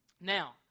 Now